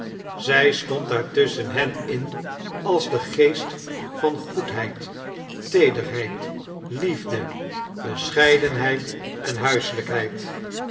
zij stond daar tusschen hen in als de geest van goedheid teederheid liefde bescheidenheid en